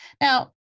Now